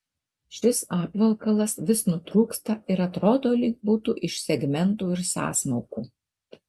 šis apvalkalas vis nutrūksta ir atrodo lyg būtų iš segmentų ir sąsmaukų